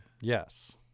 yes